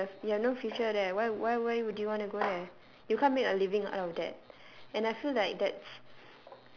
you know you have you have no future there why why why would you wanna go there you can't make a living out of that and I feel like that's